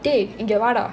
dey இங்கே வா டா:inge vaa da